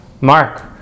Mark